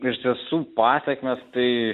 iš tiesų pasekmės tai